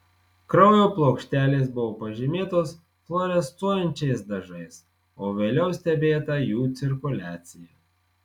kraujo plokštelės buvo pažymėtos fluorescuojančiais dažais o vėliau stebėta jų cirkuliacija